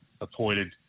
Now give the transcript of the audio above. appointed